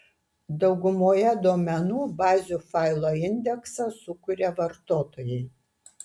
daugumoje duomenų bazių failo indeksą sukuria vartotojai